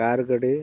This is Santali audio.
ᱠᱟᱨ ᱜᱟᱹᱰᱤ